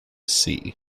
see